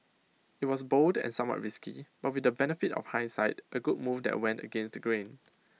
IT was bold and somewhat risky but with the benefit of hindsight A good move that went against the grain